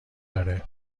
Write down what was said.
داره